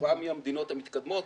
המדינות המתקדמות,